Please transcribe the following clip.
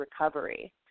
recovery